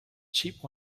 cheap